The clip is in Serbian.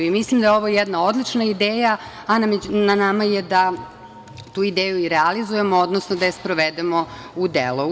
Mislim da je ovo jedna odlična ideja, a na nama je da tu ideju realizujemo, odnosno da je sprovedemo u delo.